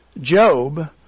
Job